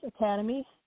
Academy